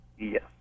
Yes